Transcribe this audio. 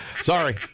Sorry